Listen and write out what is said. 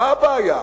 מה הבעיה?